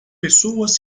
pessoas